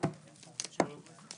ננעלה בשעה